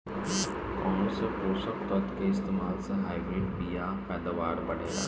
कौन से पोषक तत्व के इस्तेमाल से हाइब्रिड बीया के पैदावार बढ़ेला?